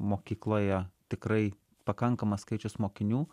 mokykloje tikrai pakankamas skaičius mokinių